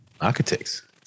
Architects